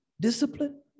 discipline